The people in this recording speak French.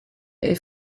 est